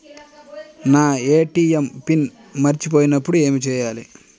నా ATM pin మరచిపోయినప్పుడు ఏమి చేయాలి?